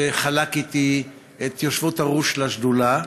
שחלק איתי את הישיבה בראש של השדולה,